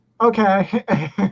Okay